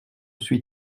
suis